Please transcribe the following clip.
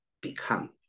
become